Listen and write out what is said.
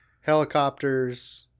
helicopters